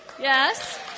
Yes